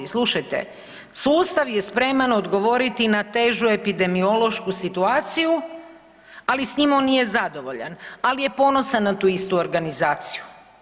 Slušajte, sustav je spreman odgovoriti na težu epidemiološku situaciju, ali s njima on nije zadovoljan, ali je ponosan na tu istu organizaciju.